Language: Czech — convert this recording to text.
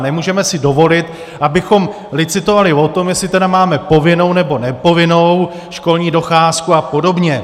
Nemůžeme si dovolit, abychom licitovali o tom, jestli máme povinnou, nebo nepovinnou školní docházku apod.